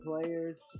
players